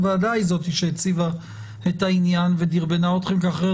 הוועדה היא זאת שהציבה את העניין ודרבנה אתכם כי אחרת